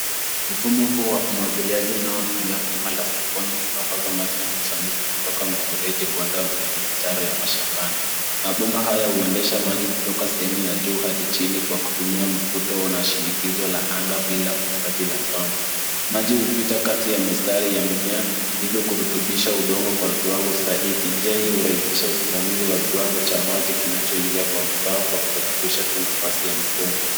Mfumo huu wa umwagiliaji unaotumia bomba la sifoni kusambaza maji kwa ufanisi kutoka mfereji kwenda kwenye mitaro ya mashambani. Mabomba haya huendesha maji kwa kutumia mvuto na shinikizo la anga bila hitaji la pump . Maji hupita kati ya mistari ya mimea hivyo kurutubisha udongo kwa viwango stahiki. Njia hii hurahisisha usimamizi wa viwango cha maji kinachoingia kwa mazao kwa kurekebisha tu nafasi ya mabomba.